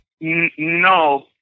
No